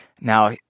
Now